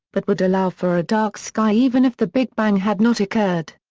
but would allow for a dark sky even if the big bang had not occurred.